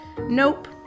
Nope